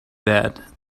that